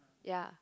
ya